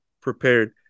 prepared